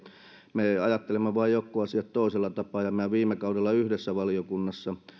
me vain ajattelemme jotkut asiat toisella tapaa ja minä viime kaudella yhdessä valiokunnassa